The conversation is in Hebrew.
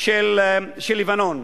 של לבנון.